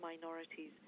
minorities